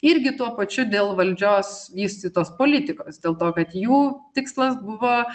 irgi tuo pačiu dėl valdžios vystytos politikos dėl to kad jų tikslas buvo